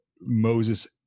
Moses